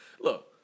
Look